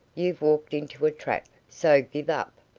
you've walked into a trap, so give up.